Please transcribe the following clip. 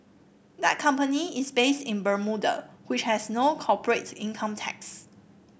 that company is based in Bermuda which has no corporate income tax